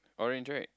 orange right